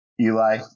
Eli